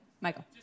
Michael